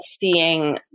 seeing